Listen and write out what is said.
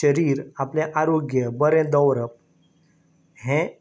शरीर आपलें आरोग्य बरें दवरप हें